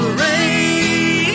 rain